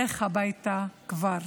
לך הביתה כבר.